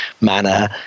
manner